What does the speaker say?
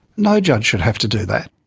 no judge should have to do that.